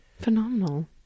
Phenomenal